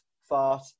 Fart